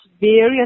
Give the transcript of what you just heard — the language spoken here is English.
various